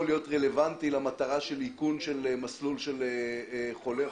להיות רלוונטי למטרה של איכון מסלול של חולה.